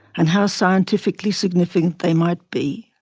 and how scientifically significant they might be?